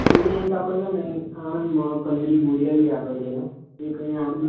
એટલે એક આપણે છે ને અહીં આણંદમાં કંજરી બોરિયાવી આગળ છે એક અહીં